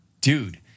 Dude